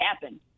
happen